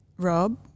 Rob